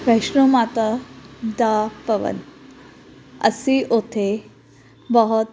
ਵੈਸ਼ਨੋ ਮਾਤਾ ਦਾ ਭਵਨ ਅਸੀਂ ਉੱਥੇ ਬਹੁਤ